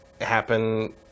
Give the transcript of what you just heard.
happen